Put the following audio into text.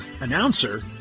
Announcer